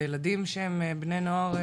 זה ילדים שהם בני נוער,